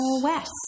west